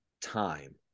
time